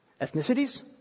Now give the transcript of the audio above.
ethnicities